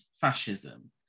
fascism